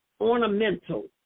ornamental